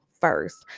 first